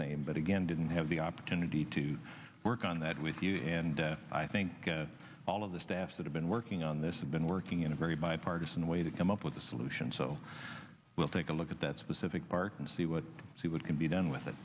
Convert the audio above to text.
same but again didn't have the opportunity to work on that with you and i think all of the staff that have been working on this has been working in a very bipartisan way to come up with a solution so we'll take a look at that specific part and see what see what can be done with it